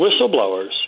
whistleblowers